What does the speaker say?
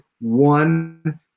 one